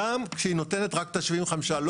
גם כשהיא נותנת רק את ה-75% -- לרשויות חלשות.